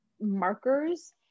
markers